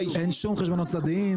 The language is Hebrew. אין שום חשבונות צדדיים.